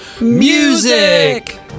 MUSIC